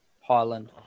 Highland